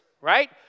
right